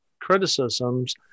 criticisms